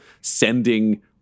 sending